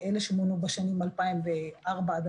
מאלה שמונו בשנים 2004 2010,